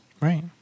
right